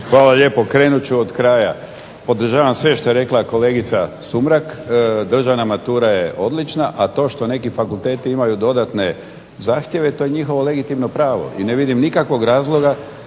Hvala lijepo. Krenut ću od kraja. Podržavam sve što je rekla kolegica Sumrak. Državna matura je odlična. A to što neki fakulteti imaju dodatne zahtjeve to je njihovo legitimno pravo i ne vidim nikakvog razloga